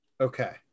Okay